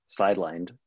sidelined